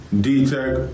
D-Tech